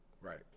Right